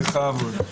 בכבוד.